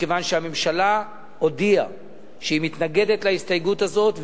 מכיוון שהממשלה הודיעה שהיא מתנגדת להסתייגות הזאת.